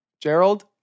Gerald